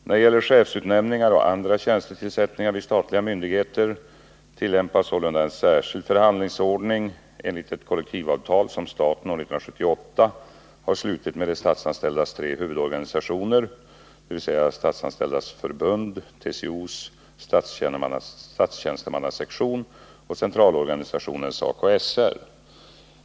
När det gäller chefsutnänningar och andra tjänstetillsättningar vid statliga myndigheter tillämpas sålunda en särskild förhandlingsordning enligt ett kollektivavtal, som staten år 1978 har slutit med de statsanställdas tre huvudorganisationer, dvs. Statsanställdas förbund, TCO:s statstjänstemannasektion och Centralorganisationen SACOY/SR.